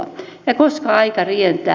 ja koska aika rientää